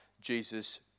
Jesus